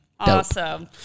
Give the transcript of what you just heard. Awesome